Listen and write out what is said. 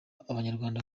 abanyarwanda